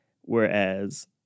whereas